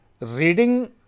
reading